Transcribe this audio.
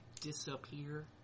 disappear